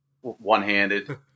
one-handed